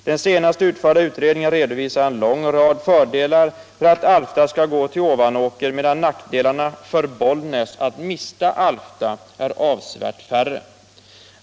Den senast utförda utredningen redovisar en lång rad fördelar med att Alfta går till Ovanåker, medan nackdelarna för Bollnäs att mista Alfta är avsevärt färre.